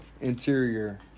interior